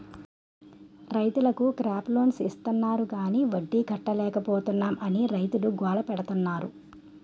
రైతులకు crop loans ఇస్తాన్నారు గాని వడ్డీ కట్టలేపోతున్నాం అని రైతులు గోల పెడతన్నారు